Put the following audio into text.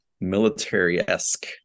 military-esque